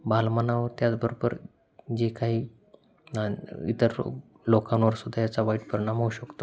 बाल मनावर त्याचबरोबर जे काही इतर लोकांवर सुद्धा याचा वाईट परिणाम होऊ शकतो